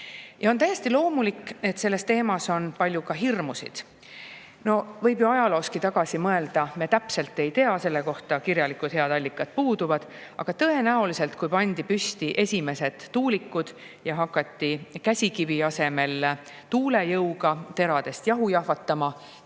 On täiesti loomulik, et selles teemas on palju hirmusid. Võib ju ajaloos tagasi mõelda: me täpselt ei tea, selle kohta head kirjalikud allikad puuduvad, aga tõenäoliselt oli nii, et kui pandi püsti esimesed tuulikud ja hakati käsikivi asemel tuulejõuga teradest jahu jahvatama,